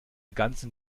ganzen